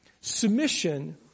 Submission